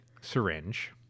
syringe